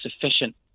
sufficient